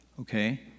okay